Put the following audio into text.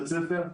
בית ספר,